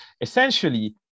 Essentially